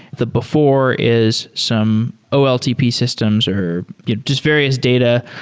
the before is some oltp systems or just various data,